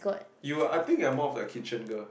you I think you're more like kitchen girl